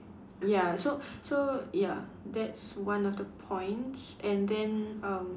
ya so so ya that's one of the points and then um